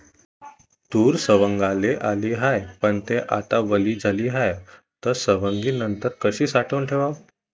तूर सवंगाले आली हाये, पन थे आता वली झाली हाये, त सवंगनीनंतर कशी साठवून ठेवाव?